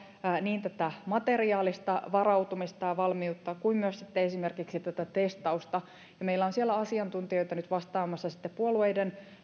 niin materiaalista varautumista ja valmiutta kuin myös esimerkiksi tätä testausta meillä on siellä asiantuntijoita nyt vastaamassa puolueiden